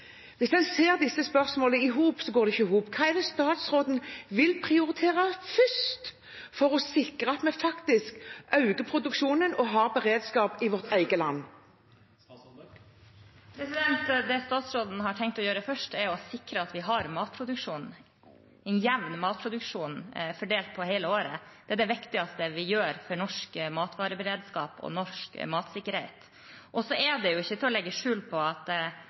Hvis en ser disse utsagnene sammen, går det ikke i hop. Hva er det statsråden vil prioritere først for å sikre at vi faktisk øker produksjonen og har beredskap i vårt eget land? Det statsråden har tenkt å gjøre først, er å sikre at vi har en jevn matproduksjon fordelt på hele året. Det er det viktigste vi gjør for norsk matvareberedskap og norsk matsikkerhet. Og så er det ikke til å legge skjul på at